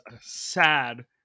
sad